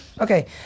Okay